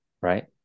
right